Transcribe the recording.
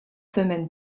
semaines